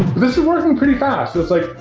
this is working pretty fast. it's like,